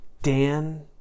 Dan